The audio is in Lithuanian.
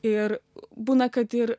ir būna kad ir